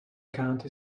county